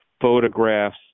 photographs